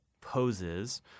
poses